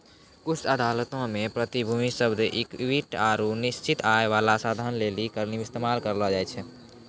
कुछु अदालतो मे प्रतिभूति शब्द इक्विटी आरु निश्चित आय बाला साधन लेली इस्तेमाल करलो जाय छै